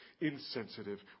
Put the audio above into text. insensitive